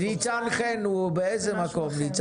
ניצן חן, באיזה מקום הוא?